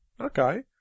Okay